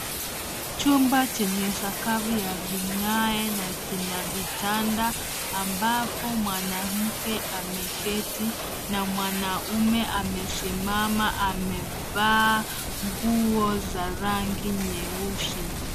Chumba chenye sakafu ya vigae na kina vitanda ambapo mwanamke ameketi na mwanamume amesimama. Amevaa nguo za rangi nyeusi.